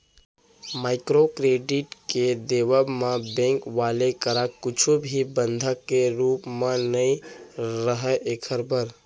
micro credit के देवब म बेंक वाले करा कुछु भी बंधक के रुप म नइ राहय ऐखर बर